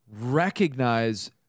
recognize